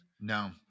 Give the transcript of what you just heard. No